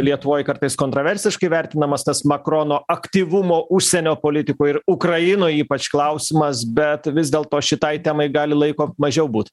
lietuvoj kartais kontroversiškai vertinamas tas makrono aktyvumo užsienio politikoj ir ukrainoj ypač klausimas bet vis dėlto šitai temai gali laiko mažiau būt